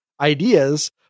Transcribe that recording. ideas